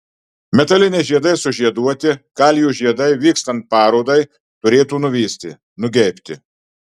metaliniais žiedais sužieduoti kalijų žiedai vykstant parodai turėtų nuvysti nugeibti